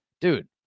dude